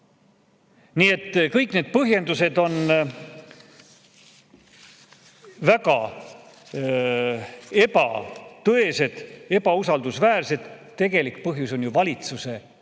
Nii et kõik need põhjendused on väga ebatõesed, ebausaldusväärsed. Tegelik põhjus on ju valitsuse vale